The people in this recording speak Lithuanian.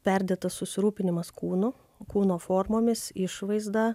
perdėtas susirūpinimas kūnu kūno formomis išvaizda